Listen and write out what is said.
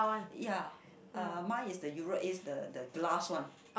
ya uh mine is the Euro is the the glass one